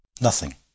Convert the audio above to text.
Nothing